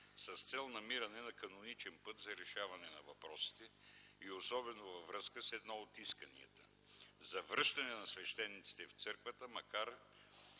с цел намиране на каноничен път за решаване на въпросите и особено във връзка с едно от исканията – за връщане на свещениците в църквата, макар